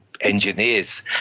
engineers